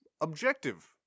objective